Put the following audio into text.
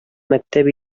мәктәп